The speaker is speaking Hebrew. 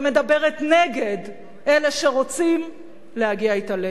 ומדברת נגד אלה שרוצים להגיע אתה להסדר.